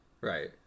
right